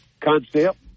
concept